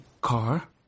car